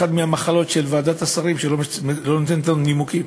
אחת מהמחלות של ועדת השרים היא שהיא לא נותנת לנו נימוקים,